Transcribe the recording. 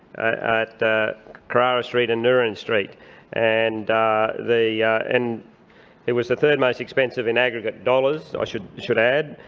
at carrara street and nurran street and the and it was the third-most expensive in aggregate dollars, i should should add,